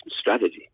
strategy